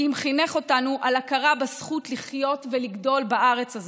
כי אם חינך אותנו על הכרה בזכות לחיות ולגדול בארץ הזאת,